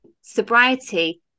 sobriety